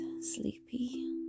sleepy